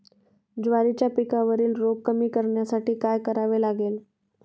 ज्वारीच्या पिकावरील रोग कमी करण्यासाठी काय करावे लागेल?